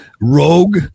rogue